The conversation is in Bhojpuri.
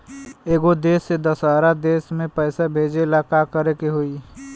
एगो देश से दशहरा देश मे पैसा भेजे ला का करेके होई?